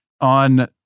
on